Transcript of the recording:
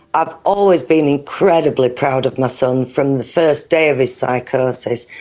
i've always been incredibly proud of my son, from the first day of his psychosis.